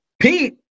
Pete